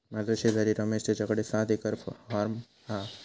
माझो शेजारी रमेश तेच्याकडे सात एकर हॉर्म हा